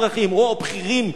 הוא או הבכירים שלידו.